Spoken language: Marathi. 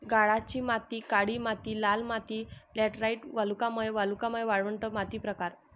गाळाची माती काळी माती लाल माती लॅटराइट वालुकामय वालुकामय वाळवंट माती प्रकार